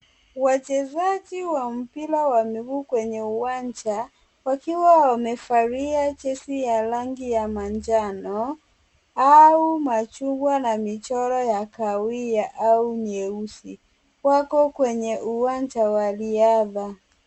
Wachezaji wa mpira wa miguu kwenye uwanja, wakiwa wamevalia jezi ya rangi ya manjano au machungwa na michoro ya kahawia au nyeusi. Wako kwenye uwanja wa riadha.